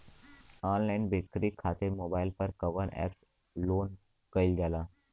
Online बिक्री खातिर mobile पर कवना एप्स लोन कईल जाला?